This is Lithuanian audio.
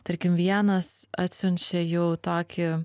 tarkim vienas atsiunčia jau tokį